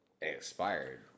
expired